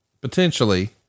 potentially